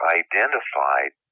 identified